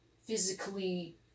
physically